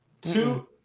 Two-